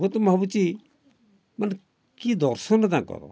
ହୁଏ ତ ମୁଁ ଭାବୁଛି ମାନେ କି ଦର୍ଶନ ତାଙ୍କର